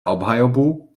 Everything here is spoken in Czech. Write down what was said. obhajobu